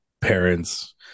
parents